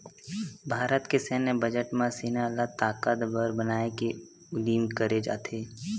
भारत के सैन्य बजट म सेना ल ताकतबर बनाए के उदिम करे जाथे